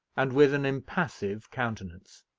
and with an impassive countenance.